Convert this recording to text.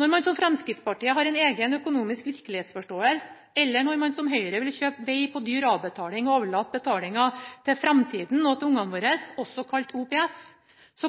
Når man som Fremskrittspartiet har en egen økonomisk virkelighetsforståelse, eller når man som Høyre vil kjøpe veg på dyr avbetaling og overlate betalinga til fremtida og til ungene våre, også kalt OPS,